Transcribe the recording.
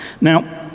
Now